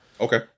Okay